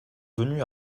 venu